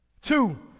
Two